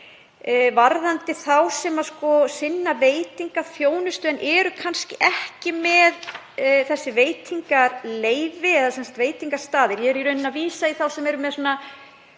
varðandi þá sem sinna veitingaþjónustu en eru kannski ekki með veitingaleyfi eða eru veitingastaðir, ég er í rauninni að vísa í þá sem eru með